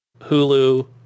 Hulu